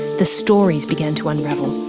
the stories began to unravel.